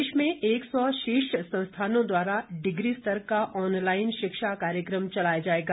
देश में एक सौ शीर्ष संस्थानों द्वारा डिग्री स्तर का ऑनलाइन शिक्षा कार्यक्रम चलाया जाएगा